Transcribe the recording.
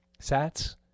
Sats